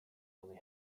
only